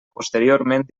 posteriorment